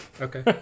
okay